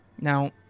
Now